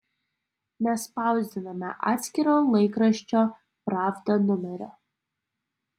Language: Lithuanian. nespausdiname atskiro laikraščio pravda numerio